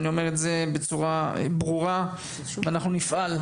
ואני אומר את זה בצורה ברורה: אנחנו נפעל,